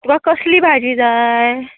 तुका कसली भाजी जाय